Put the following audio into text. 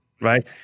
Right